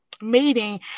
meeting